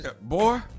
Boy